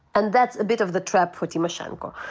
and that's a bit of the trap put tymoshenko.